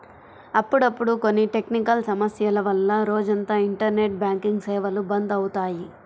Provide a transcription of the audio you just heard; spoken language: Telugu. అప్పుడప్పుడు కొన్ని టెక్నికల్ సమస్యల వల్ల రోజంతా ఇంటర్నెట్ బ్యాంకింగ్ సేవలు బంద్ అవుతాయి